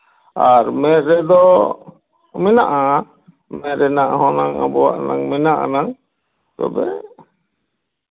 ᱟᱨ ᱢᱮᱸᱫ ᱨᱮᱫᱚ ᱢᱮᱱᱟᱜᱼᱟ ᱢᱮᱸᱫ ᱨᱮᱱᱟᱝ ᱦᱚᱱᱟᱝ ᱟᱵᱚᱣᱟᱜ ᱦᱚᱱᱟᱝ ᱢᱮᱱᱟᱜ ᱟᱱᱟᱝ ᱛᱚᱵᱮ